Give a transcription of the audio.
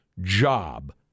job